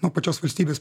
nuo pačios valstybės